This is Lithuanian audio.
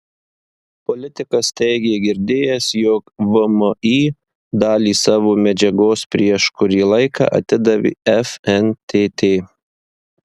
politikas teigė girdėjęs jog vmi dalį savo medžiagos prieš kurį laiką atidavė fntt